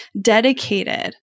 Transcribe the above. dedicated